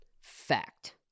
Fact